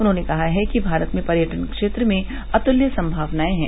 उन्होंने कहा है कि भारत में पर्यटन क्षेत्र में अतुल्य संभावनाएं हैं